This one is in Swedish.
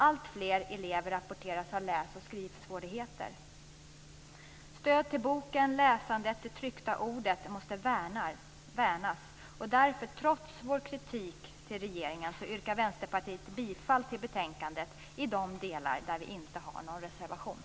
Alltfler elever rapporteras ha läs och skrivsvårigheter. Stöd till boken, läsandet, det tryckta ordet, måste värnas. Därför, trots vår kritik till regeringen, yrkar Vänsterpartiet bifall till hemställan i betänkandet i de delar vi inte reserverar oss.